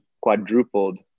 quadrupled